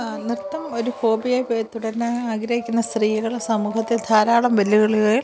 നൃത്തം ഒരു ഹോബിയായിപ്പോയി തുടരാൻ ആഗ്രഹിക്കുന്ന സ്ത്രീകൾ സമൂഹത്തിൽ ധാരാളം വെല്ലുവിളികൾ